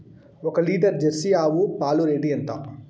ఒక litre Jersey ఆవు పాలు రేటు ఎంత?